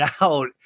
out